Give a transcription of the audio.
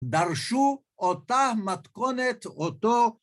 דרשו אותה מתכונת אותו